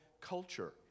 culture